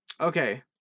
okay